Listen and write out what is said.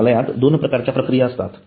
रुग्णालयात दोन प्रकारच्या प्रक्रिया असतात